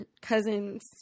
cousins